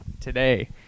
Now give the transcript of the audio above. today